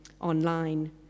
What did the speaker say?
online